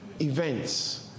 Events